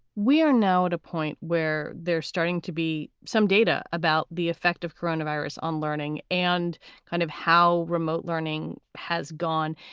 we are now at a point where they're starting to be some data about the effect of corona virus on learning and kind of how remote learning has gone.